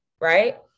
Right